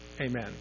Amen